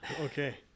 Okay